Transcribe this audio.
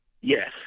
yes